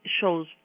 shows